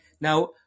Now